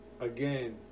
again